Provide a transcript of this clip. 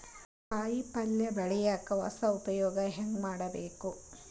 ಕಾಯಿ ಪಲ್ಯ ಬೆಳಿಯಕ ಹೊಸ ಉಪಯೊಗ ಹೆಂಗ ಮಾಡಬೇಕು?